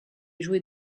jouée